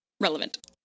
relevant